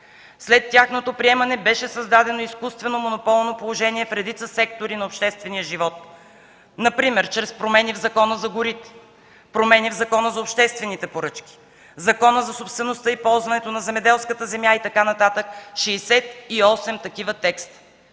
След тяхното приемане беше създадено изкуствено монополно положение в редица сектори на обществения живот, например чрез промени в Закона за горите, промени в Закона за обществените поръчки, в Закона за собствеността и ползването на земеделските земи и така нататък – 68 такива текста!